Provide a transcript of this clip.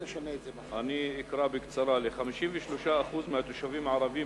אני אקרא בקצרה: ל-53% מהתושבים הערבים